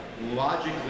logically